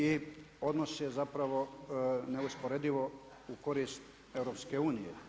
I odnos je zapravo neusporedivo u korist EU.